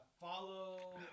follow